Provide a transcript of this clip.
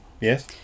yes